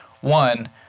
one